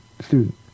student